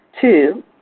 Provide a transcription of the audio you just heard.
Two